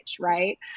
right